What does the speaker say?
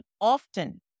often